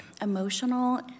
emotional